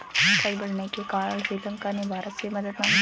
कर्ज बढ़ने के कारण श्रीलंका ने भारत से मदद मांगी